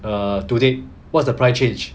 err today what's the price change